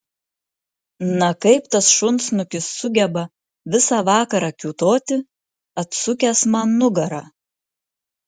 na kaip tas šunsnukis sugeba visą vakarą kiūtoti atsukęs man nugarą